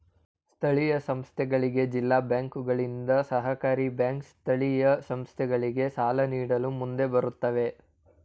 ಸ್ಥಳೀಯ ಸಂಸ್ಥೆಗಳಿಗೆ ಜಿಲ್ಲಾ ಬ್ಯಾಂಕುಗಳಿಂದ, ಸಹಕಾರಿ ಬ್ಯಾಂಕ್ ಸ್ಥಳೀಯ ಸಂಸ್ಥೆಗಳಿಗೆ ಸಾಲ ನೀಡಲು ಮುಂದೆ ಬರುತ್ತವೆ